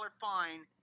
fine